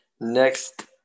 Next